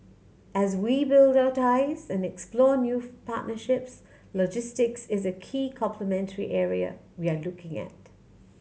as we build our ties and explore new partnerships logistics is a key complementary area we are looking at